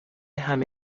همه